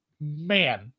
man